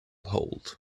hold